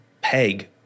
peg